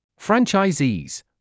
franchisees